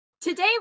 Today